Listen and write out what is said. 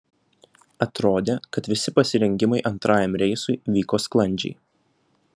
atrodė kad visi pasirengimai antrajam reisui vyko sklandžiai